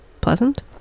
pleasant